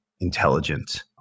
intelligent